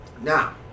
Now